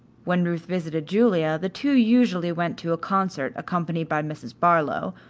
when ruth visited julia the two usually went to a concert accompanied by mrs. barlow,